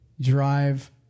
drive